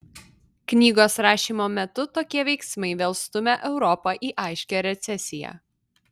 knygos rašymo metu tokie veiksmai vėl stumia europą į aiškią recesiją